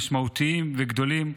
המשמעותיים והגדולים,